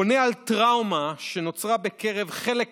בונה על טראומה שנוצרה בקרב חלק